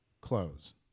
Close